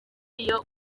iyo